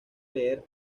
leer